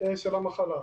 של המחלה.